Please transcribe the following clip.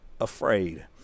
afraid